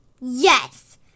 Yes